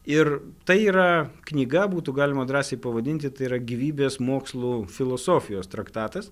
ir tai yra knyga būtų galima drąsiai pavadinti tai yra gyvybės mokslų filosofijos traktatas